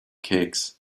cakes